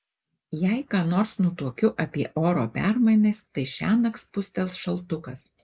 jei ką nors nutuokiu apie oro permainas tai šiąnakt spustels šaltukas